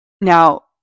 now